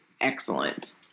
excellent